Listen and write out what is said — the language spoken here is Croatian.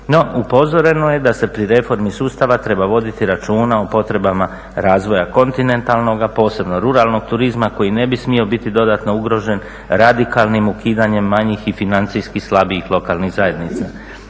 No, upozoreno je da se pri reformi sustava treba voditi računa o potrebama razvoja kontinentalnog, a posebno ruralnog turizma koji ne bi smio biti dodatno ugrožen radikalnim ukidanjem manjih i financijski slabijih lokalnih zajednica.